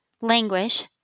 languish